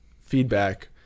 feedback